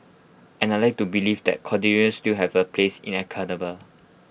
and I'd like to believe that still have A place in academe